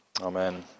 Amen